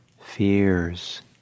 fears